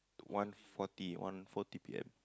one Forty One forty P_M